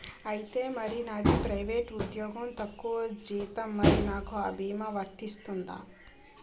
ఐతే మరి నాది ప్రైవేట్ ఉద్యోగం తక్కువ జీతం మరి నాకు అ భీమా వర్తిస్తుందా?